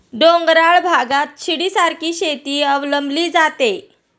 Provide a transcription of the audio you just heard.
डोंगराळ भागात शिडीसारखी शेती अवलंबली जाते